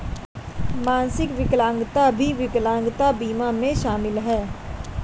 मानसिक विकलांगता भी विकलांगता बीमा में शामिल हैं